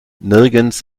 nirgends